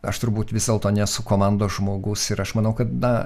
aš turbūt vis dėlto nesu komandos žmogus ir aš manau kad na